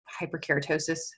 hyperkeratosis